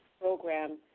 program